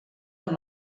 amb